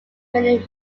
many